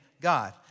God